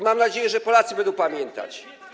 Mam nadzieję, że Polacy też będą pamiętać.